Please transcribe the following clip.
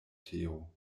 teo